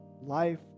life